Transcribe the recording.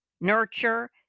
nurture